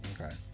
okay